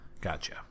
Gotcha